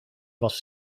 was